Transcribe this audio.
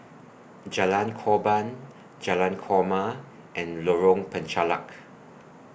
Jalan Korban Jalan Korma and Lorong Penchalak